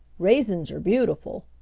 raisins are beautiful.